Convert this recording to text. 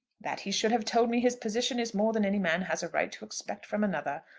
that he should have told me his position is more than any man has a right to expect from another.